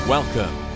Welcome